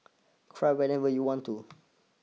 cry whenever you want to